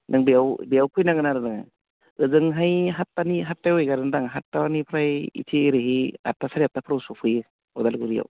नों बेयाव बेयाव फैनांगोन आरो नोङो ओजोंहाय सातथानि सातथायाव एगारोदां सातथानिफ्राय बिथिं ओरै आठथा साराय आठथाफोराव सफैयो उदालगुरियाव